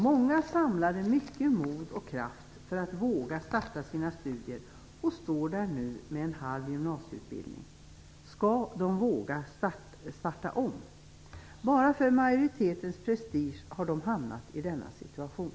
Många hade samlat mycket mod och kraft för att våga starta sina studier. Nu står de där med en halv gymnasieutbildning. Skall de våga starta om? Enbart på grund av majoritetens prestige har de hamnat i denna situation.